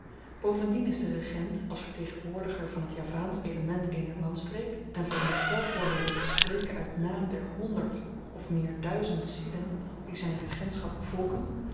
bovendien is de regent als vertegenwoordiger van t javaansch element eener landstreek en verondersteld wordende te spreken uit naam der honderd of meer duizend zielen die zyn regentschap bevolken